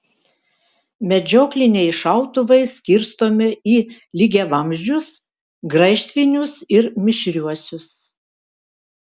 medžiokliniai šautuvai skirstomi į lygiavamzdžius graižtvinius ir mišriuosius